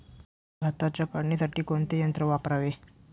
भाताच्या काढणीसाठी कोणते यंत्र वापरावे?